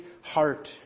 heart